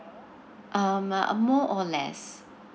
um more or less